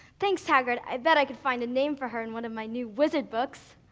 thanks hagrid, i bet i can find a name for her in one of my new wizard books.